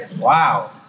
Wow